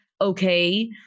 okay